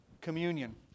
Communion